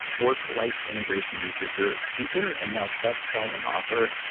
work-life integration researcher, speaker and now best-selling author.